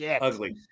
Ugly